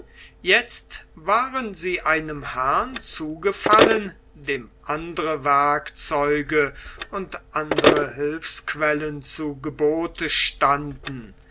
jetzt waren sie einem herrn zugefallen dem andere werkzeuge und andere hilfsquellen zu gebote standen